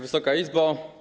Wysoka Izbo!